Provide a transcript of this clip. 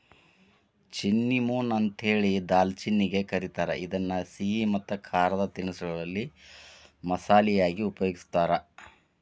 cinnamon ಅಂತೇಳಿ ದಾಲ್ಚಿನ್ನಿಗೆ ಕರೇತಾರ, ಇದನ್ನ ಸಿಹಿ ಮತ್ತ ಖಾರದ ತಿನಿಸಗಳಲ್ಲಿ ಮಸಾಲಿ ಯಾಗಿ ಉಪಯೋಗಸ್ತಾರ